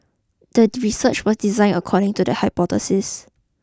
the research was designed according to the hypothesis